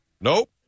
Nope